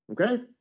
Okay